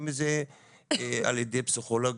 אם זה על ידי פסיכולוגים,